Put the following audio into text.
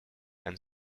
and